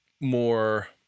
more